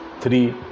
three